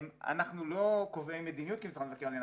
אנחנו לא קובעי מדיניות כמשרד מבקר המדינה,